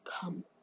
come